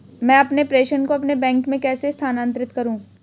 मैं अपने प्रेषण को अपने बैंक में कैसे स्थानांतरित करूँ?